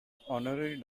honorary